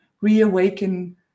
reawaken